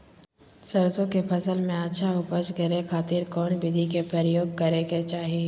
सरसों के फसल में अच्छा उपज करे खातिर कौन विधि के प्रयोग करे के चाही?